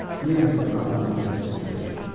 here we have a rather complex situation.